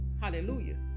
Hallelujah